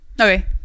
Okay